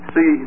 See